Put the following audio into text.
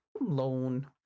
loan